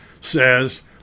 says